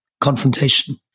confrontation